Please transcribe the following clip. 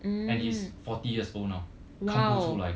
and he's forty years old now 看不出来